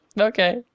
Okay